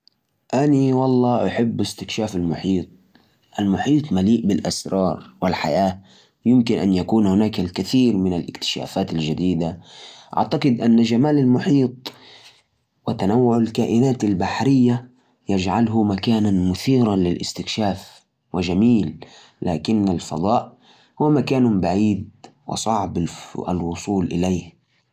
والله، كلاهما مثير يعني الفضاء يخلي الواحد يحس بعظمة الكون ووجود الكواكب والنجوم لكن المحيط كمان مليان أسرار كائنات غريبة وعوالم تحت الماء إذا اختاروا، أظن المحيط لأن فيه كائنات حية وبيئة متنوعة ودائما فيه شيء جديد نكتشفه فيه